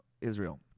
Israel